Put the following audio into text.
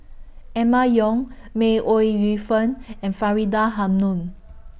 Emma Yong May Ooi Yu Fen and Faridah Hanum